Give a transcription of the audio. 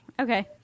Okay